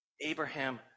Abraham